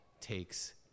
takes